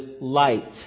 light